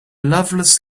loveless